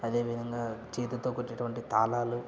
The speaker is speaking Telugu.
అదే విధంగా చేతితో కొట్టేటువంటి తాళాలు